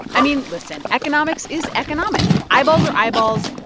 i mean, listen economics is economics. eyeballs are eyeballs.